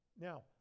Now